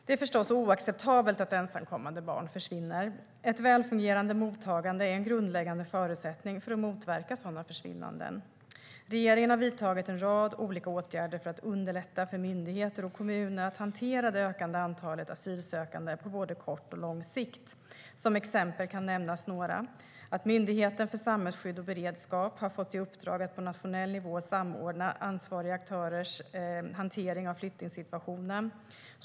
Det är naturligtvis oacceptabelt att ensamkommande barn försvinner. Ett välfungerande mottagande är en grundläggande förutsättning för att motverka sådana försvinnanden. Regeringen har vidtagit en rad olika åtgärder för att underlätta för myndigheter och kommuner att hantera det ökande antalet asylsökande på både kort och lång sikt. Här följer några exempel: Myndigheten för samhällsskydd och beredskap har fått i uppdrag att på nationell nivå samordna ansvariga aktörers hantering av flyktingsituationen.